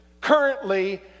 currently